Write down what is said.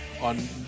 on